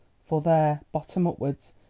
for there, bottom upwards,